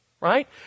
right